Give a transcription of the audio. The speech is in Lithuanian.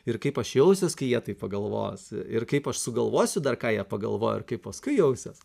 ir kaip aš jausiuos kai jie taip pagalvos ir kaip aš sugalvosiu dar ką jie pagalvojo ir kaip paskui jausiuos